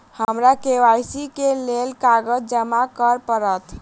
हमरा के.वाई.सी केँ लेल केँ कागज जमा करऽ पड़त?